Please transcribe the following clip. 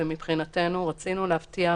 ומבחינתנו רצינו להבטיח